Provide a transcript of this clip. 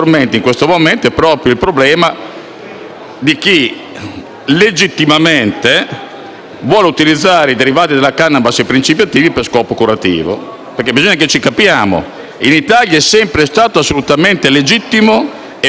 di chi legittimamente vuole utilizzare i derivati e i principi attivi della *cannabis* per scopo curativo. Bisogna che ci capiamo: in Italia è sempre stato assolutamente legittimo e possibile curare le patologie